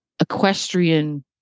equestrian